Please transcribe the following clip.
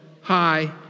hi